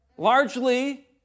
Largely